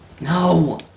No